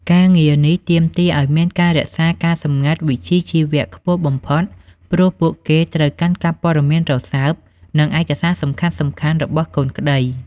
ការងារនេះទាមទារឱ្យមានការរក្សាការសម្ងាត់វិជ្ជាជីវៈខ្ពស់បំផុត ព្រោះពួកគេត្រូវកាន់កាប់ព័ត៌មានរសើប និងឯកសារសំខាន់ៗរបស់កូនក្តី។